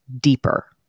deeper